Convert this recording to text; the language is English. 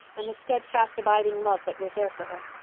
and the steadfast abiding love that was there for her.